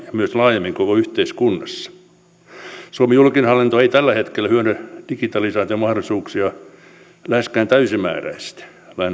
myös laajemmin koko yhteiskunnassa suomen julkinen hallinto ei tällä hetkellä hyödynnä digitalisaation mahdollisuuksia läheskään täysimääräisesti